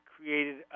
created